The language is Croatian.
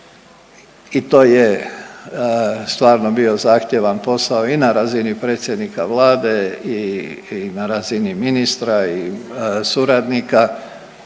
i to je stvarno bio zahtjevan posao i na razini predsjednika Vlade i na razini ministra i suradnika.